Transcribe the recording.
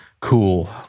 cool